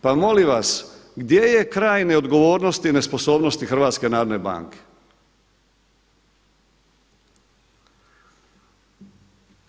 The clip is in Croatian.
Pa molim vas, gdje je kraj neodgovornosti i nesposobnosti HNB-a?